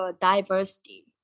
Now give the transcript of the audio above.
diversity